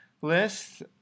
list